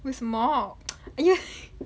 为什么 !aiya!